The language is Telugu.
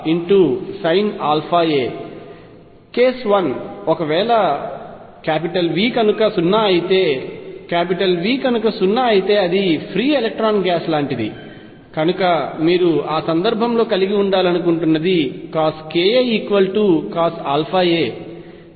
కేస్ వన్ ఒకవేళ V కనుక 0 అయితే V కనుక 0 అయితే అది ఫ్రీ ఎలక్ట్రాన్ గ్యాస్ లాంటిది కనుక మీరు ఆ సందర్భంలో కలిగి ఉండాలనుకుంటున్నది CoskaCosαa